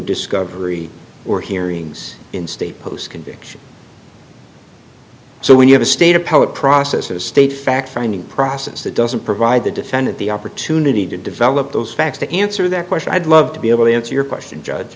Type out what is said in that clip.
discovery or hearings in state post conviction so when you have a state appellate process or state fact finding process that doesn't provide the defendant the opportunity to develop those facts to answer that question i'd love to be able to answer your question judge